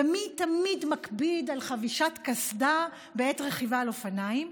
ומי תמיד מקפיד על חבישת קסדה בעת רכיבה על אופניים?